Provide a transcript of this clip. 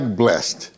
blessed